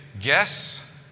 guess